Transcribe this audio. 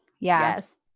Yes